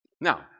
Now